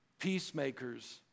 peacemakers